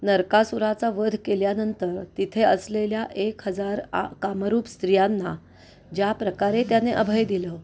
नरकासुराचा वध केल्यानंतर तिथे असलेल्या एक हजार आ कामरूप स्त्रियांना ज्या प्रकारे त्याने अभय दिलं